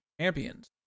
champions